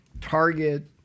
Target